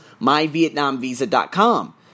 MyVietnamVisa.com